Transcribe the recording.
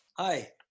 hi